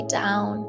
down